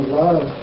love